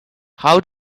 how